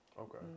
Okay